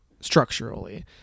structurally